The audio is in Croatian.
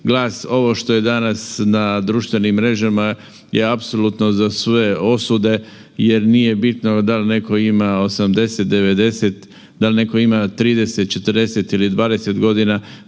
glas. Ovo što je danas na društvenim mrežama je apsolutno za sve osude jer nije bitno da li netko ima 80, 90, da li netko ima 30, 40 ili 20 godina,